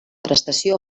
prestació